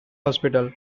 hospital